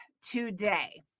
today